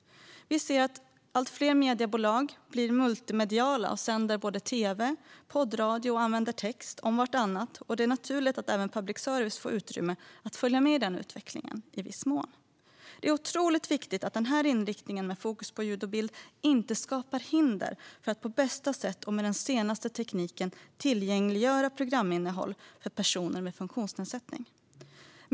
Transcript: Vi ser att allt fler mediebolag blir multimediala och använder tv, poddradio och text om vartannat. Då är det naturligt att även public service i viss mån får utrymme att följa med i denna utveckling. Det är otroligt viktigt att inriktningen med fokus på ljud och bild inte skapar hinder för att på bästa sätt och med den senaste tekniken tillgängliggöra programinnehåll för personer med funktionsnedsättning.